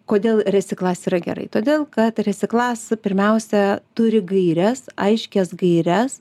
kodėl resiklas yra gerai todėl resiklas pirmiausia turi gaires aiškias gaires